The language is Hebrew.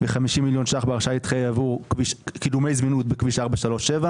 ו-50 מיליון ₪ בהרשאה להתחייב עבור קידומי זמינות בכביש 437,